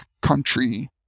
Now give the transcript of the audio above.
country